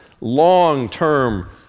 long-term